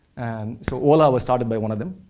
and so, ola was started by one of them.